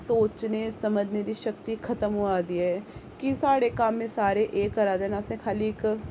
सोचने समझने दी शक्ति खत्म होआ दी ऐ कि साढ़े कम्म सारे ऐ करा दे न आसें खाल्ली इक